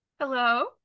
Hello